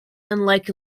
unlike